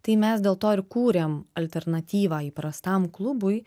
tai mes dėl to ir kūrėm alternatyvą įprastam klubui